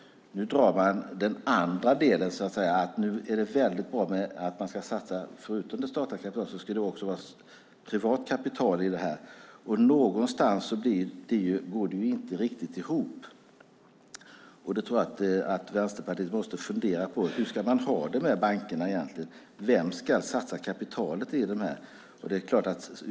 Nu drar man i den andra delen, så att säga. Nu ska man förutom det statliga kapitalet också satsa privat kapital i bankerna, och det går inte riktigt ihop. Jag tror därför att Vänsterpartiet måste fundera på hur man egentligen ska ha det med bankerna, vem som ska satsa kapitalet.